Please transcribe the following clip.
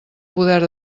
poder